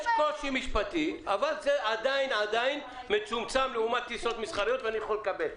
יש קושי משפטי אבל זה עדיין מצומצם לעומת טיסות מסחריות ואני יכול לקבל.